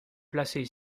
placé